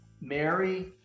mary